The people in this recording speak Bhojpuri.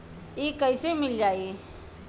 इ कईसे मिल पाई?